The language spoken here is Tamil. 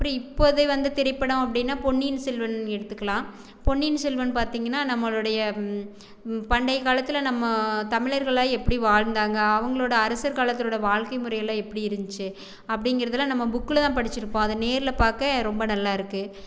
அப்புறோம் இப்போதைய வந்து திரைப்படம் வந்து அப்படினா பொன்னியின் செல்வன் எடுத்துக்கலாம் பொன்னியின் செல்வன் பார்த்திங்கன்னா நம்மளுடைய பண்டைய காலத்தில் நம்ம தமிழர்கள்லாம் எப்படி வாழ்ந்தாங்க அவங்களோட அரசர் காலத்தோடய வாழ்க்கை முறையெல்லாம் எப்படி இருந்துச்சு அப்டிங்கிறதுலா நம்ம புக்லதான் படிச்சுருப்போம் அது நேரில் பார்க்க ரொம்ப நல்லாயிருக்கு